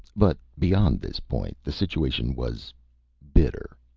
but beyond this point the situation was bitter.